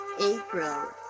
April